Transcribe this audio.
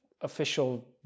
official